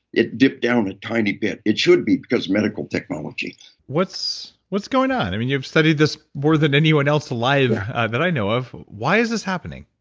it dipped down a tiny bit. it should be, because medical technology what's what's going on? i mean, you've studied this more than anyone else alive that i know of. why is this happening?